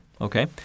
okay